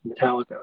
Metallica